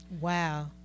Wow